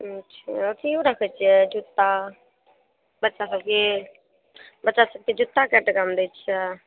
हूँ अच्छा अथी भी रखय छियै जूता बच्चा सभके बच्चा सभके जूता कए टाकामे दै छियै